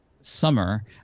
summer